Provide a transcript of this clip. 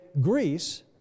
Greece